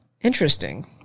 Interesting